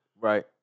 Right